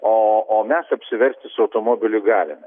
o o mes apsiverti su automobiliu galime